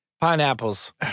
Pineapples